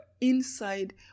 inside